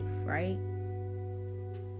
right